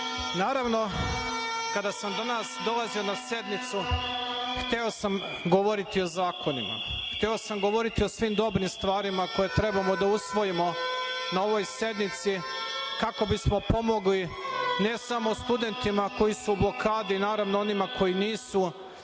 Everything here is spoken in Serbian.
kada sam danas dolazio na sednicu, hteo sam govoriti o zakonima, hteo sam govoriti o svim dobrim stvarima koje treba da usvojimo na ovoj sednici kako bismo pomogli ne samo studentima koji su u blokadi, naravno i onima koji nisu,